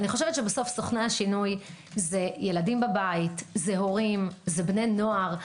סוכני השינוי זה ילדים בבית, זה הורים, בני נוער.